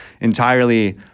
entirely